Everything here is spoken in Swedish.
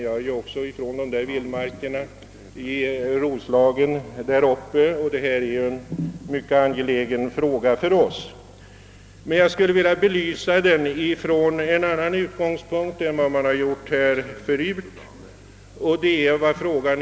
Jag kommer också från dessa vildmarker uppe i Roslagen, och jag vet att för oss gäller det här en mycket angelägen sak. Jag skulle emellertid vilja belysa den från en annan utgångspunkt än som skett tidigare.